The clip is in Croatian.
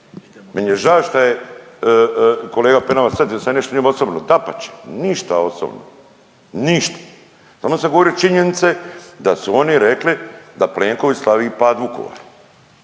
Meni je žao šta je kolega Penava shvatio da sam nešto njemu osobno, dapače. Ništa osobno, ništa. Samo sam govorio činjenice da su oni rekli da Plenković slavi pad Vukovara.